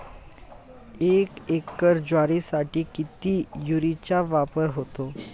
एक एकर ज्वारीसाठी किती युरियाचा वापर होतो?